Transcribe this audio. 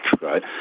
right